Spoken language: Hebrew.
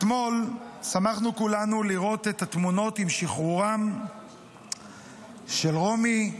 אתמול שמחנו כולנו לראות את התמונות עם שחרורן של רומי,